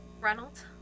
Reynolds